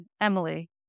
Emily